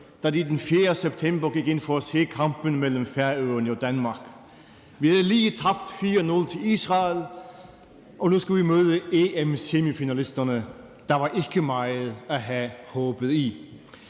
da de den 4. september gik ind for at se kampen mellem Færøerne og Danmark. Vi havde lige tabt 4-0 til Israel, og nu skulle vi møde EM-semifinalisterne. Der var ikke meget at have håbet i.